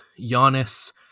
Giannis